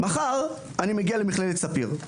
מחר אני מגיע למכללת ספיר.